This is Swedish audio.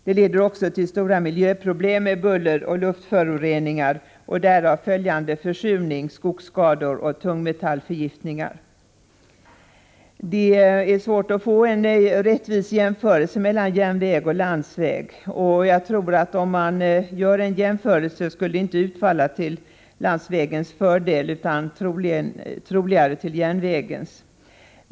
Det leder också till stora miljöproblem med buller och luftföroreningar och därav följande försurning, skogsskador och tungmetallförgiftningar. Det är svårt att få en rättvis jämförelse mellan järnväg och landsväg. Om man skulle göra en jämförelse tror jag inte att den skulle utfalla till landsvägens fördel, utan troligare till järnvägens.